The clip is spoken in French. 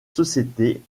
sociétés